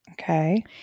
Okay